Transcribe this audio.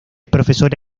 profesora